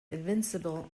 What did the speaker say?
invincible